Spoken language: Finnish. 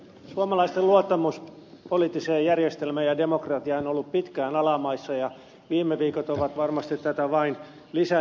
suomalaisten luottamus poliittiseen järjestelmään ja demokratiaan on ollut pitkään alamaissa ja viime viikot ovat varmasti tätä vain lisänneet